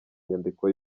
inyandiko